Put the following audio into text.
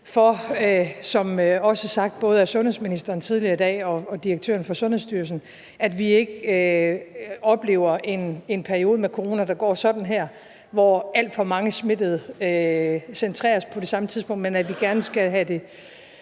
som det også er sagt både af sundhedsministeren tidligere i dag og af direktøren for Sundhedsstyrelsen – at vi ikke oplever en periode med corona, der går sådan her (Viser en stejlt stigende kurve), hvor alt for mange smittede centreres på det samme tidspunkt, men at vi gerne skal have det